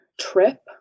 trip